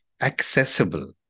accessible